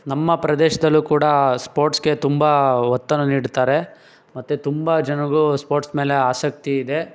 ನಮ್ಮ ಪ್ರದೇಶದಲ್ಲೂ ಕೂಡ ಸ್ಪೋರ್ಟ್ಸ್ಗೆ ತುಂಬ ಒತ್ತನ್ನು ನೀಡ್ತಾರೆ ಮತ್ತು ತುಂಬ ಜನಕ್ಕೂ ಸ್ಪೋರ್ಟ್ಸ್ ಮೇಲೆ ಆಸಕ್ತಿ ಇದೆ